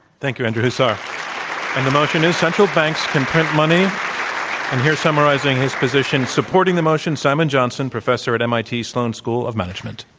thank you. andrew huszar. and the motion is central banks can print money. and here summarizing his position supporting the motion, simon johnson, professor at mit sloan school of management.